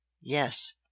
yes